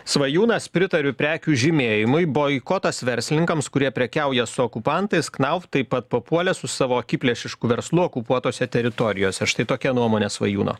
svajūnas pritariu prekių žymėjimui boikotas verslininkams kurie prekiauja su okupantais knauft taip pat papuolė su savo akiplėšišku verslu okupuotose teritorijose štai tokia nuomonė svajūno